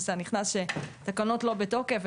שהתקנות לא בתוקף,